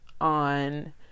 on